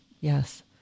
yes